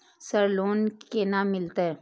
Sir loan केना मिलते?